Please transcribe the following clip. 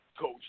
Coach